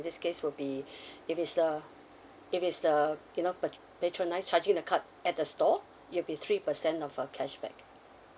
this case will be if it's the if it's the you know uh pat~ patronise charging the card at the store it'll be three percent of uh cashback